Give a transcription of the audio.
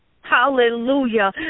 Hallelujah